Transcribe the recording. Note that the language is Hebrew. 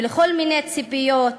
כל מיני ציפיות,